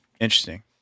Interesting